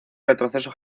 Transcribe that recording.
retroceso